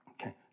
Okay